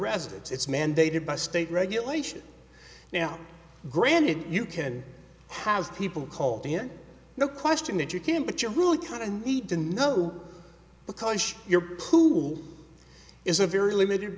residents it's mandated by state regulations now granted you can have people called in no question that you can't but you really kind of need to know because your pool is a very limited